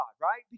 right